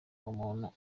umuntu